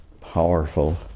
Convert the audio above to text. powerful